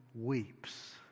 weeps